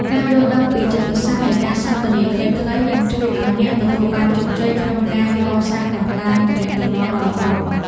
ការយល់ដឹងពីចិត្តសាស្ត្រនៃការសន្ទនាខ្លីៗនឹងជួយឱ្យអ្នកទទួលបានជោគជ័យក្នុងការកសាងបណ្ដាញទំនាក់ទំនងដ៏ល្អ។